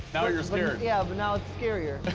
now you're scared. yeah, but now it's scarier.